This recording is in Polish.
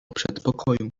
przedpokoju